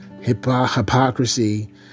hypocrisy